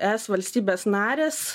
es valstybės narės